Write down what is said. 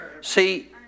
See